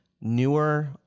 newer